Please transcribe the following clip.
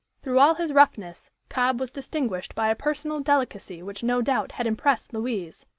through all his roughness, cobb was distinguished by a personal delicacy which no doubt had impressed louise,